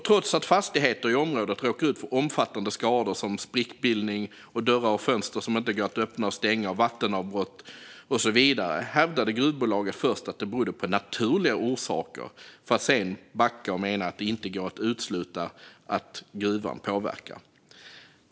Trots att fastigheter i området råkar ut för omfattande skador, som sprickbildning, dörrar och fönster som inte går att öppna och stänga, vattenavbrott och så vidare, hävdade gruvbolaget först att det berodde på naturliga orsaker - för att sedan backa och mena att det inte går att utesluta att gruvan påverkar.